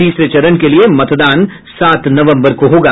तीसरे चरण के लिये मतदान सात नवंबर को होगा